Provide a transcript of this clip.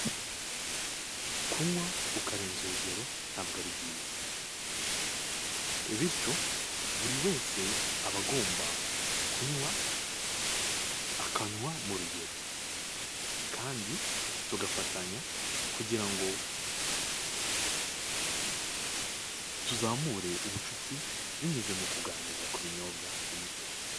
Kunywa ukarenza urugero ntabwo ari byiza, bityo buri wese aba agomba kunywa mu rugero. Kandi tugafatanya kugira ngo tuzamure ubucuti binyuze mu kuganira ku binyobwa.